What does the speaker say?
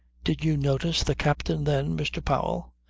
did you notice the captain then, mr. powell.